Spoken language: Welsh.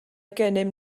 gennym